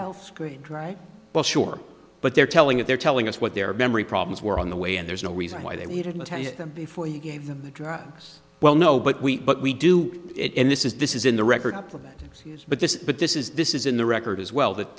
it right well sure but they're telling it they're telling us what their memory problems were on the way and there's no reason why they wouldn't tell them before you gave them the drugs well no but we but we do it and this is this is in the record up for that but this but this is this is in the record as well that